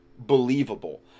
believable